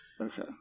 okay